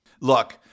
Look